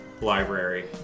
library